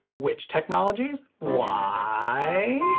which technologies? why,